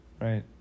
Right